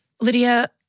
Lydia